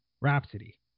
Rhapsody